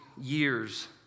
years